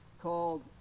called